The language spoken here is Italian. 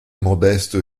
modesto